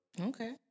Okay